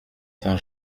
saint